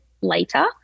later